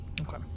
Okay